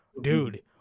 dude